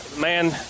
man